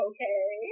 Okay